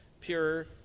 pure